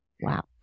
Wow